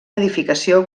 edificació